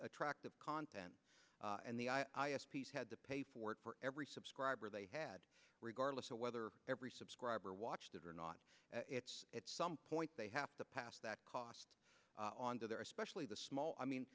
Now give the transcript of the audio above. attractive content and the i had to pay for it for every subscriber they had regardless of whether every subscriber watched it or not at some point they have to pass that cost on to their especially the small i mean